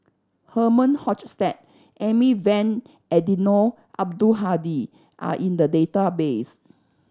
Herman Hochstadt Amy Van Eddino Abdul Hadi are in the database